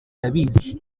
irabizi